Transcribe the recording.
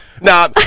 Nah